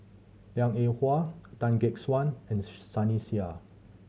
Liang Eng Hwa Tan Gek Suan and Sunny Sia